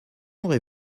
aurez